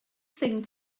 thing